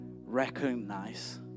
recognize